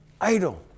idol